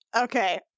Okay